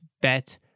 bet